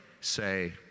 say